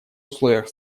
условиях